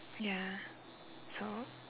ya so